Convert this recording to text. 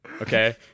Okay